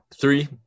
three